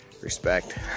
Respect